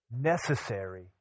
necessary